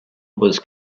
was